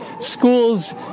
schools